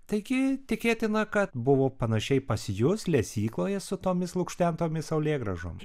taigi tikėtina kad buvo panašiai pas jus lesykloje su tomis lukštentomis saulėgrąžom